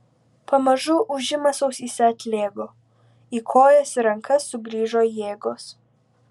pamažu ūžimas ausyse atlėgo į kojas ir rankas sugrįžo jėgos